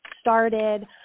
started